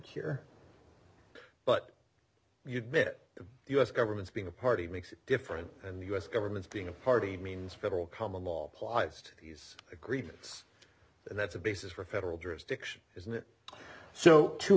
here but you'd bit the us government's being a party makes it different and the us government being a party means federal common law applies to these agreements and that's a basis for federal jurisdiction isn't it so two